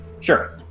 Sure